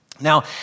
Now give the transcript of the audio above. Now